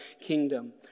kingdom